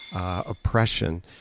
oppression